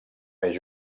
més